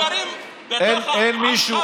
כי אנחנו גרים בתוך עמך ועמנו,